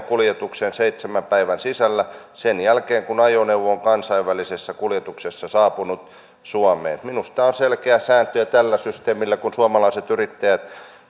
kuljetukseen seitsemän päivän sisällä sen jälkeen kun ajoneuvo on kansainvälisessä kuljetuksessa saapunut suomeen minusta tämä on selkeä sääntö ja tällä systeemillä kun suomalaiset yrittäjät